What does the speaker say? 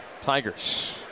Tigers